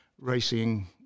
racing